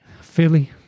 Philly